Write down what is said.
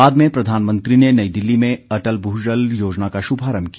बाद में प्रधानमंत्री ने नई दिल्ली में अटल भूजल योजना का शुभारंभ किया